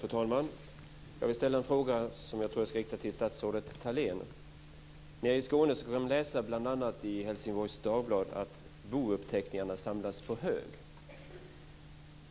Fru talman! Jag har en fråga riktad till statsrådet I Skåne går det att läsa bl.a. i Helsingborgs Dagblad att bouppteckningarna samlas på hög.